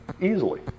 easily